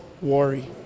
Worry